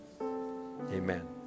amen